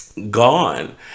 Gone